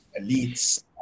elites